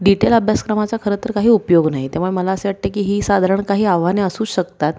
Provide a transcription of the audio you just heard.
detail अभ्यासक्रमाचा खरं तर काही उपयोग नाही त्यामुळे मला असं वाटतं की ही साधारण काही आव्हाने असूच शकतात